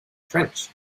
french